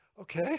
okay